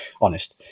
Honest